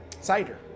Cider